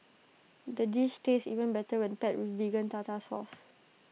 the dish tastes even better when paired Vegan Tartar Sauce